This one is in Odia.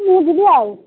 ମୁଁ ଯିବି ଆଉ